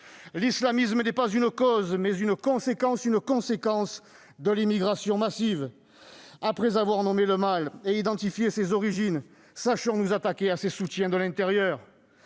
l'islamisme n'est pas une cause : c'est une conséquence de l'immigration massive. Après avoir nommé le mal et identifié ses origines, sachons nous attaquer à ses soutiens de l'intérieur.